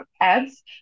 ads